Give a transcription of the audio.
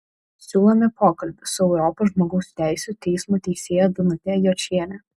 siūlome pokalbį su europos žmogaus teisių teismo teisėja danute jočiene